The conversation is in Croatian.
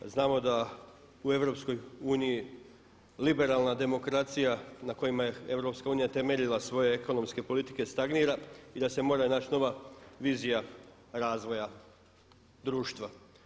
Znamo da u EU liberalna demokracija na kojima je EU temeljila svoje ekonomske politike stagnira i da se mora naći nova vizija razvoja društva.